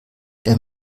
der